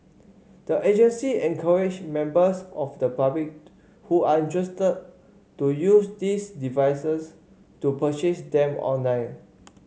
the agency encouraged members of the public who are interested to use these devices to purchase them online